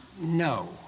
No